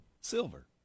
Silver